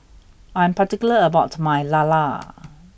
I am particular about my Lala